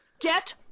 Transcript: get